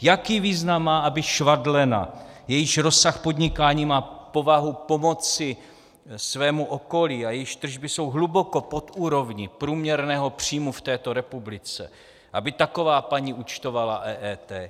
Jaký význam má, aby švadlena, jejíž rozsah podnikání má povahu pomoci svému okolí a jejíž tržby jsou hluboko pod úrovní průměrného příjmu v této republice, aby taková paní účtovala EET?